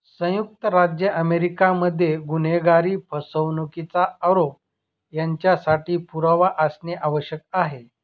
संयुक्त राज्य अमेरिका मध्ये गुन्हेगारी, फसवणुकीचा आरोप यांच्यासाठी पुरावा असणे आवश्यक आहे